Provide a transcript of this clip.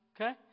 Okay